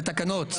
זה תקנות.